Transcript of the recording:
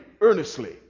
earnestly